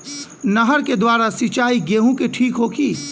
नहर के द्वारा सिंचाई गेहूँ के ठीक होखि?